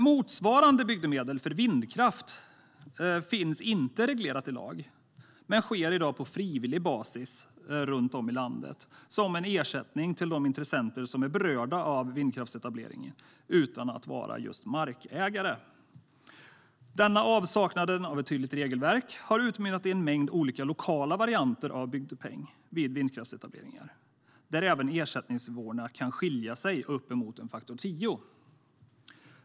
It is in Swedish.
Motsvarande bygdemedel för vindkraft finns inte reglerat i lag, men finns i dag på frivillig basis runt om i landet som en ersättning till de intressenter som är berörda av vindkraftsetableringar utan att vara markägare. Denna avsaknad av ett tydligt regelverk har utmynnat i en mängd olika lokala varianter av bygdepeng vid vindkraftsetableringar, där även ersättningsnivåerna kan skilja sig uppemot en faktor tio.